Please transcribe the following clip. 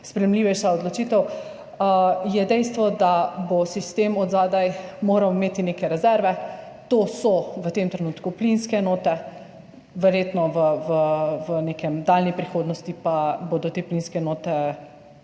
sprejemljivejša odločitev, je dejstvo, da bo sistem zadaj moral imeti neke rezerve. To so v tem trenutku plinske enote, verjetno pa bodo v neki daljni prihodnosti te plinske enote